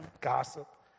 gossip